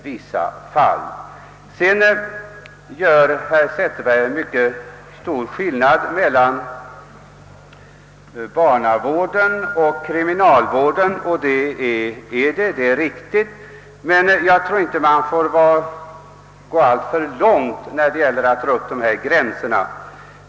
Herr Zetterberg gör mycket stor skillnad mellan barnavården och kriminalvården — och det är riktigt — men jag tror inte att man får vara alltför rigorös när man drar upp gränserna mellan dessa vårdformer.